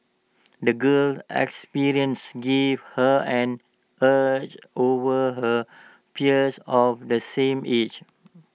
the girl's experiences gave her an edge over her peers of the same age